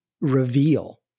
reveal